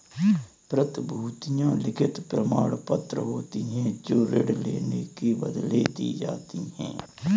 प्रतिभूतियां लिखित प्रमाणपत्र होती हैं जो ऋण लेने के बदले दी जाती है